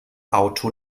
auto